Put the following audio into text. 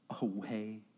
away